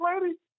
lady